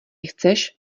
chceš